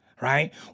Right